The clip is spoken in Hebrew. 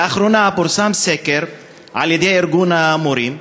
לאחרונה פורסם סקר על-ידי ארגון המורים,